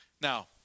Now